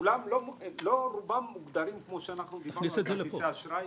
שלא רובם מוגדרים כמו שאנחנו דיברנו על כרטיסי האשראי.